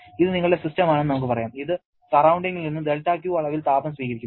ഇത് നിങ്ങളുടെ സിസ്റ്റമാണെന്ന് നമുക്ക് പറയാം ഇത് സറൌണ്ടിങ്ങിൽ നിന്ന് δQ അളവിൽ താപം സ്വീകരിക്കുന്നു